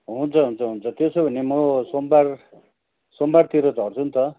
हुन्छ हुन्छ हुन्छ त्यसो भने म सोमबार सोमबारतिर झर्छु नि त